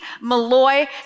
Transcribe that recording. Malloy